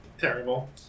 Terrible